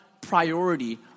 priority